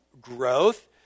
growth